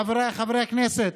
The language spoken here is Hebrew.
חבריי חברי הכנסת,